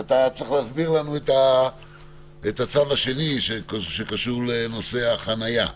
אתה צריך להסביר לנו את הצו השני שקשור לנושא החנייה.